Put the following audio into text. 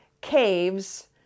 caves